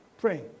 praying